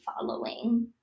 following